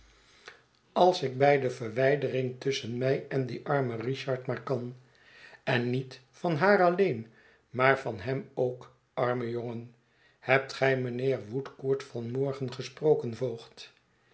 als ik bij de verwijdering tusschen mij en dien armen richard maar kan en niet van haar alleen maar van hem ook arme jongen hebt gij mijnheer woodcourt van morgen gesproken voogd